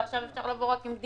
מי שעבר בדיקה,